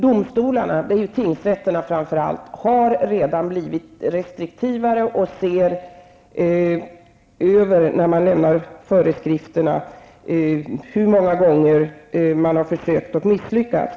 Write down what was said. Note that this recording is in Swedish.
Domstolarna, framför allt tingsrätterna, har redan blivit mera restriktiva, och när föreskrifterna lämnas ser de efter hur många gånger försök har gjorts och misslyckats.